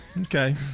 okay